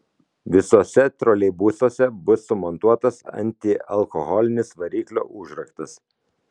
visuose troleibusuose bus sumontuotas antialkoholinis variklio užraktas